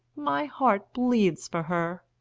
my heart bleeds for her.